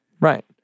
Right